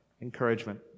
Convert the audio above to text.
encouragement